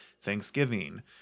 Thanksgiving